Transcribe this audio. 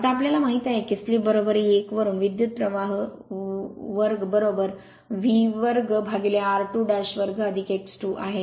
आता आम्हाला माहित आहे की स्लिप 1 वरुन विद्युत प्रवाह 2V 2r22 x 2 आहेत